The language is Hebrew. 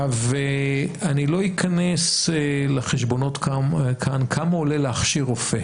אני לא אכנס לחשבונות כאן כמה עולה להכשיר רופא